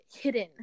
hidden